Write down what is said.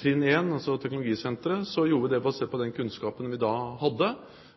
trinn 1, altså teknologisenteret, gjorde vi det basert på den kunnskapen vi da hadde.